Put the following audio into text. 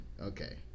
Okay